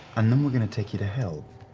and then we're gonna take you to hell.